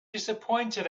disappointed